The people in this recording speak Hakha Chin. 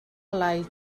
lai